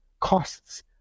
costs